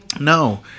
No